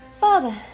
Father